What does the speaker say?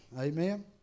Amen